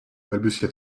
balbutia